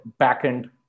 backend